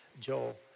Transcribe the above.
Joel